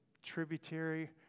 tributary